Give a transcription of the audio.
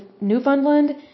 Newfoundland